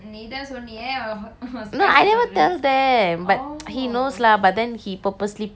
no I never tell them but he knows lah but then he purposely play like that a prank on me